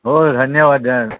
होय धन्यवाद जयंत